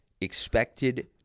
expected